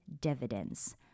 dividends